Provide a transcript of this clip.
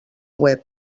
web